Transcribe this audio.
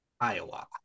Iowa